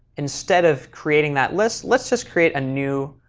instead of creating that list, let's just create a new